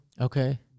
Okay